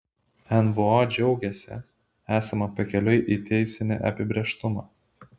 nvo džiaugiasi esame pakeliui į teisinį apibrėžtumą